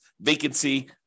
vacancy